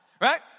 Right